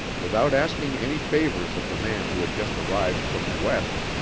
without asking any favors of the man who had just arrived from the west,